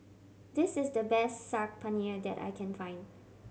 this is the best Saag Paneer that I can find